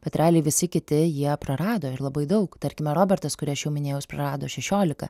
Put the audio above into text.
bet realiai visi kiti jie prarado ir labai daug tarkime robertas kurį aš jau minėjau jis prarado šešiolika